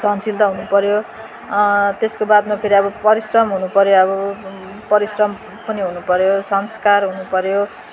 सहनशीलता हुनुपर्यो त्यसको बादमा धेरै अब परिश्रम हुनुपर्यो अब परिश्रम पनि हुनुपर्यो संस्कार हुनुपर्यो